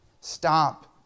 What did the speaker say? Stop